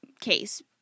case